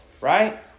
right